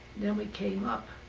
then we came up,